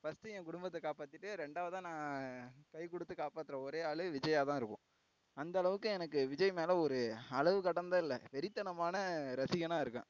first என் குடும்பத்தை காப்பாற்றிட்டு இரண்டாவதாக நான் கை கொடுத்து காப்பாத்துகிற ஒரே ஆளு விஜய்யாக தான் இருக்கும் அந்த அளவுக்கு எனக்கு விஜய் மேலே ஒரு அளவு கடந்த இல்லை வெறித்தனமான ரசிகனாக இருக்கேன்